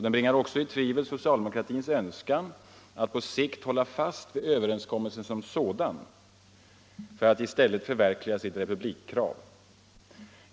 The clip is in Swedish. De bringar också i tvivel socialdemokratins önskan att på sikt hålla fast vid överenskommelsen som sådan, för att i stället förverkliga sitt republikkrav.